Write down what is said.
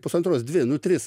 pusantros dvi nu tris